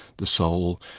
the soul,